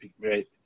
right